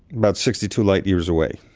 about sixty two light years away.